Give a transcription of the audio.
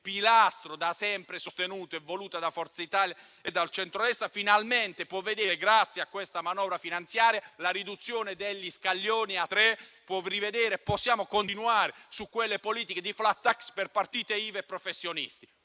pilastro sostenuto e voluto da Forza Italia e dal centrodestra, finalmente può vedere, grazie a questa manovra finanziaria, la riduzione degli scaglioni a tre, consentendoci di continuare su quelle politiche di *flat tax* per partite IVA e professionisti.